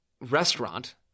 restaurant